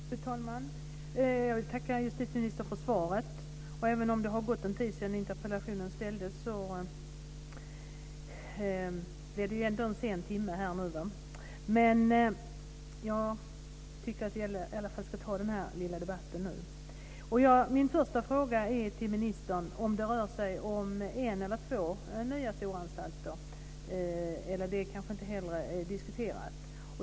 Fru talman! Jag vill tacka justitieministern för svaret. Även om det har gått en tid sedan interpellationen ställdes blev det ändå en sen timme här, men jag tycker ändå att vi ska ta den här debatten nu. Min första fråga till ministern är om det rör sig om en eller två nya stora anstalter. Men det är kanske inte heller är diskuterat.